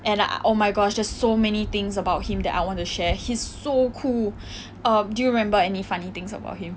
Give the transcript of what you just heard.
and I oh my gosh there's so many things about him that I want to share he's so cool um do you remember any funny things about him